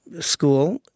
school